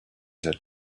said